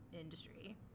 industry